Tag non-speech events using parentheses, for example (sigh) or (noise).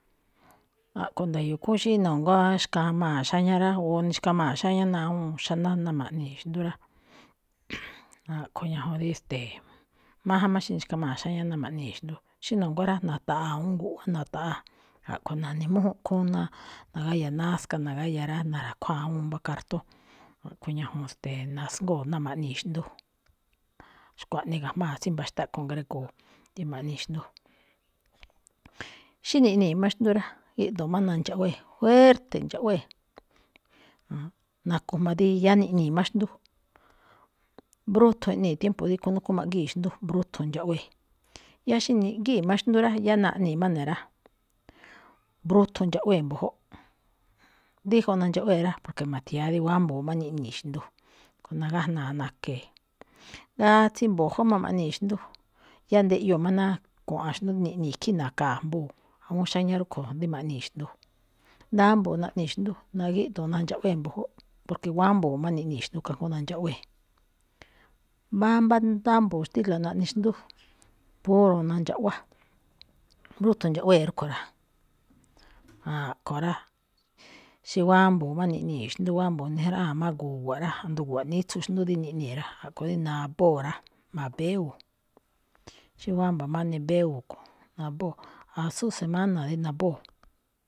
A̱ꞌkho̱ nda̱yo̱o̱ khúún xí na̱nguá xkamaa̱ xáñá rá, o nixkamaa̱ xáñá ná awúun xaná ná ma̱ꞌnii̱ xndú rá, (noise) a̱ꞌkho̱ ñajuun rí, ste̱e̱, máján má xí nixkama̱ xáñá ná ma̱ꞌnii̱ xndú. Xí na̱nguá rá, na̱ta̱ꞌaa̱ awúun guꞌwá, na̱ta̱ꞌaa̱, a̱ꞌkho̱ nani̱mújún khúún náa nagáya̱ náska, nagáya̱ rá, na̱ra̱khuáa awúun mbá kartóon, a̱ꞌkhue̱n ñajuun, ste̱e̱, na̱sngóo̱ ná ma̱ꞌnii̱ xndú. Xkuaꞌnii ga̱jmáa̱ tsí mba̱xtá ꞌkho̱ ngrego̱o̱, rí ma̱ꞌne xndú. Xí niꞌnii̱ má xndú rá, gíꞌdu̱u̱n má nandxaꞌwée̱, juérte̱ ndaꞌwée̱. Nakujma di yáá niꞌnii̱ má xndú, mbrúꞌkhun iꞌnii̱ tiempo dí núkó ma̱ꞌgíi xndú, mbrúthun ndxaꞌwée̱. Yáá xí niꞌgíi̱ má xndú rá, yáá naꞌnii̱ má ne̱ rá, mbrúthun ndxaꞌwée̱ mbu̱júꞌ. Díjuun nandxaꞌwée̱ rá, porque ma̱thia̱á rí wámbo̱o̱ má niꞌnii̱ xndú, a̱ꞌkho̱ nagájnaa̱ na̱ke̱e̱. Gátsíí mbu̱jú máꞌ ma̱ꞌnii̱ xndú, yáá ndeꞌyoo̱ má náá kua̱ꞌa̱n xndú rí niꞌnii̱, ikhín na̱kaa̱ jmbuu̱ awúun xáña rúꞌkho̱, dí ma̱ꞌnii̱ xndú. Ndámbo̱o naꞌnii̱ xndú, nagíꞌdu̱u̱n nandxaꞌwée̱ mbu̱júꞌ, porque wámbo̱o̱ má niꞌnii̱ xndú, kajngó nandxaꞌwée̱. Mbámbá ndámbo̱o̱ xtíla̱ naꞌne xndú, puro nandxaꞌwá, mbrúthon ndxaꞌwée̱ rúꞌkho̱ rá, a̱a̱nꞌkho̱ rá, xí wámbo̱o̱ má niꞌnii̱ xndú, wámbo̱o̱ nijráꞌáa̱n má gu̱wa̱ꞌ rá, jndo gu̱wa̱ꞌnítsu xndú rí niꞌnii̱ rá, a̱ꞌkho̱ rí nabóo̱ rá, ma̱béwóo̱. Xí wámbá má nibéwóo ꞌkho̱, nabóo̱, atsú semana dí nabóo̱.